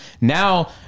Now